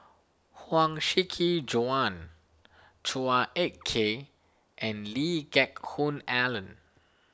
Huang Shiqi Joan Chua Ek Kay and Lee Geck Hoon Ellen